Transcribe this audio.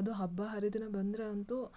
ಅದು ಹಬ್ಬ ಹರಿದಿನ ಬಂದರೆ ಅಂತೂ